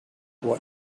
what